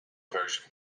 version